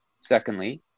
Secondly